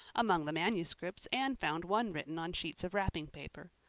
among the manuscripts anne found one written on sheets of wrapping paper.